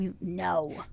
no